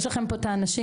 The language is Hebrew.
יש לכם פה את האנשים.